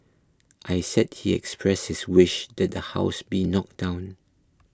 I said he expressed his wish that the house be knocked down